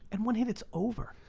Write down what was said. and one hit, it's over.